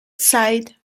sight